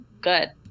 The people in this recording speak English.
good